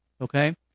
okay